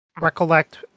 recollect